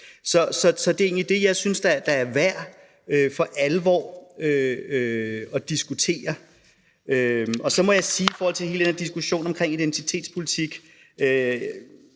Så det er egentlig det, jeg synes der er værd for alvor at diskutere. Så må jeg sige i forhold til hele den her diskussion om identitetspolitik,